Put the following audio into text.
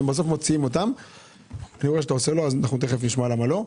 בסוף מוציאים אותם - תכף נשמע למה לא,